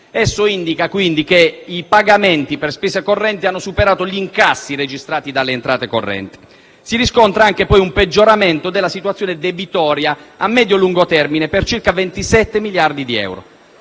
Esso indica che i pagamenti per spesa corrente hanno superato gli incassi registrati sulle entrate correnti. Si riscontra, poi, anche un peggioramento della situazione debitoria a medio-lungo termine per circa 27 miliardi di euro.